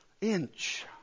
inch